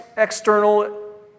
external